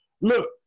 look